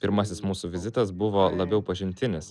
pirmasis mūsų vizitas buvo labiau pažintinis